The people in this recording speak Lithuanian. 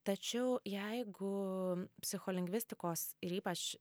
tačiau jeigu psicholingvistikos ir ypač